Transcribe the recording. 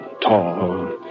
tall